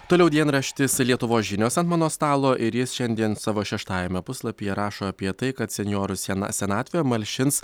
toliau dienraštis lietuvos žinios ant mano stalo ir jis šiandien savo šeštajame puslapyje rašo apie tai kad senjorus sena senatvė malšins